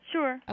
Sure